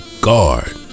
guard